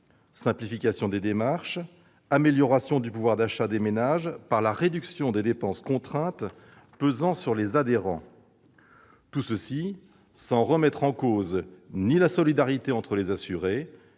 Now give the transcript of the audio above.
simplification des démarches, une amélioration du pouvoir d'achat des ménages la réduction des dépenses contraintes pesant sur les adhérents. Et tout cela sans remettre en cause ni la solidarité entre les assurés